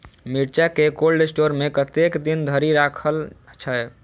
मिर्चा केँ cold store मे कतेक दिन धरि राखल छैय?